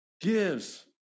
gives